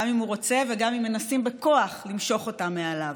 גם אם הוא רוצה וגם אם מנסים בכוח למשוך אותה מעליו,